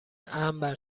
امن